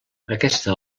aquesta